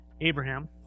Abraham